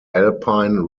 alpine